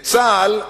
את צה"ל,